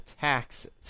taxes